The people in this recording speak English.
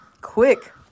quick